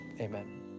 Amen